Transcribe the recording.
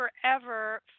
forever